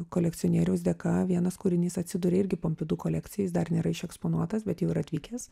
kolekcionieriaus dėka vienas kūrinys atsiduria irgi pompidu kolekcijoj jis dar nėra išeksponuotas bet jau yra atvykęs